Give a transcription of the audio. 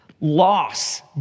Loss